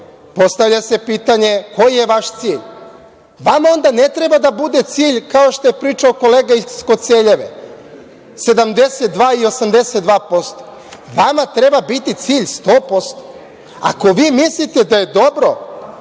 postavlja se pitanje – koji je vaš cilj? Vama onda ne treba da bude cilj, kao što je pričao kolega iz Koceljeve, 72 i 82%. Vama treba biti cilj 100%. Ako vi mislite da je dobro